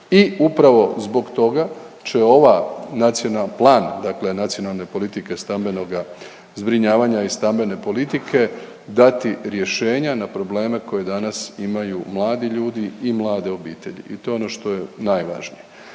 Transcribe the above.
i upravo zbog toga će ova nacio…, plan dakle Nacionalne politike stambenoga zbrinjavanja i stambene politike dati rješenja na probleme koje danas imaju mladi ljudi i mlade obitelji i to je ono što je najvažnije.